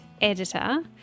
editor